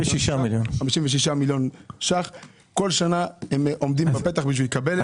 כל שנה הם עומדים בפתח כדי לקבל את זה.